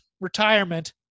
retirement